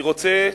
אני רוצה,